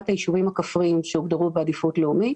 היישובים הכפריים שהוגדרו בעדיפות לאומית